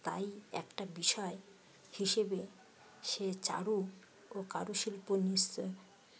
তাই একটা বিষয় হিসেবে সে চারু ও কারুশিল্প নিশ্চয়